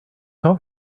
call